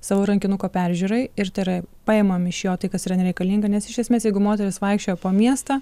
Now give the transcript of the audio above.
savo rankinuko peržiūrai ir tai yra paimam iš jo tai kas yra nereikalinga nes iš esmės jeigu moteris vaikščiojo po miestą